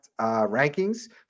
rankings